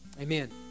amen